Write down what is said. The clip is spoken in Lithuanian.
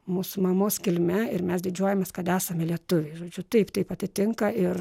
mūsų mamos kilme ir mes didžiuojamės kad esame lietuviai žodžiu taip taip atitinka ir